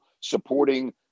supporting